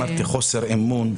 אמרתי חוסר אמון.